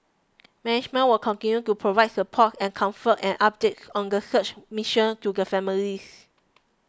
management will continue to provide support and comfort and updates on the search mission to the families